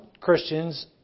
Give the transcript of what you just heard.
Christians